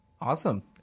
awesome